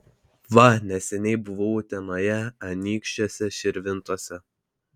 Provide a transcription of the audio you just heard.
va neseniai buvau utenoje anykščiuose širvintose